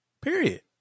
period